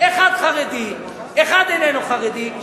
אחד חרדי ואחד איננו חרדי,